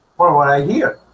for what i hear